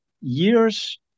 years